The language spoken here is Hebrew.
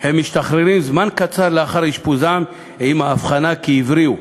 הם משתחררים זמן קצר לאחר אשפוזם עם האבחנה שהבריאו,